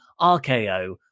RKO